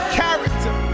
character